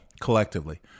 collectively